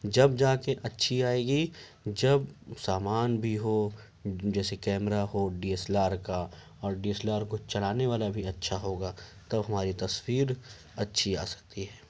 جب جا کے اچھی آئے گی جب سامان بھی ہو جیسے کیمرہ ہو ڈی ایس ایل آر کا اور ڈی ایس ایل آر کو چلانے والا بھی اچھا ہوگا تب ہماری تصویر اچھی آ سکتی ہے